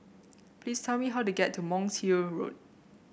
please tell me how to get to Monk's Hill Road